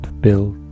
built